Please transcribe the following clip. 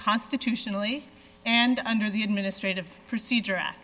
constitutionally and under the administrative procedure